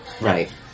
Right